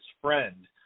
friend